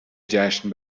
جشن